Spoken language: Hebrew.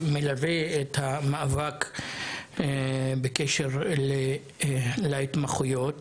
שמלווה את המאבק בקשר להתמחויות.